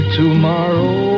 tomorrow